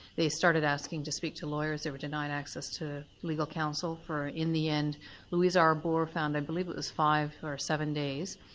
they started asking to speak to lawyers, they were denied access to legal counsel for, in the end louise arbour found i believe it was five or seven days.